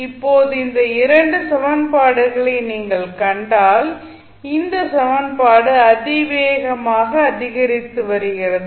இப்போது இந்த 2 சமன்பாடுகளை நீங்கள் கண்டால் இந்த சமன்பாடு அதிவேகமாக அதிகரித்து வருகிறது